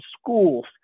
schools